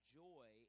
joy